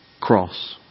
cross